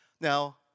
now